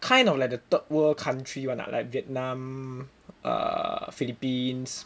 kind of like the third world country [one] ah like Vietnam err Philippines